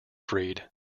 freed